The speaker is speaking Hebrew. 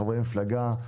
לחברי מפלגה.